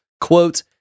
quote